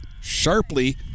sharply